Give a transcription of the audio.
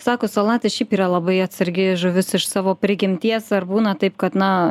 sako salatis šiaip yra labai atsargi žuvis iš savo prigimties ar būna taip kad na